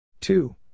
two